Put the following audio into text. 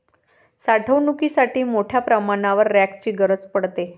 साठवणुकीसाठी मोठ्या प्रमाणावर रॅकची गरज पडते